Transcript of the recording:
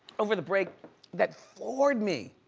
over the break that floored me,